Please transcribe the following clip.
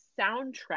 soundtrack